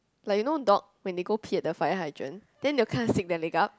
like you know dog when they go pee at the fire hydrant then they will kinda stick their leg up